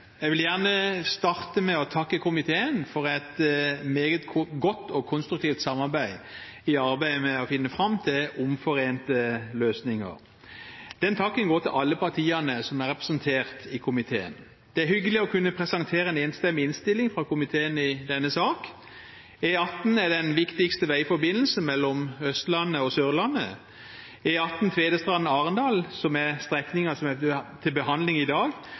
Jeg vil gjerne starte med å takke komiteen for et meget godt og konstruktivt samarbeid i arbeidet med å finne fram til omforente løsninger. Den takken går til alle partiene som er representert i komiteen. Det er hyggelig å kunne presentere en enstemmig innstilling fra komiteen i denne sak. E18 er den viktigste veiforbindelsen mellom Østlandet og Sørlandet. E18 Tvedestrand–Arendal, som er strekningen som er til behandling i dag,